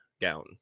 Gown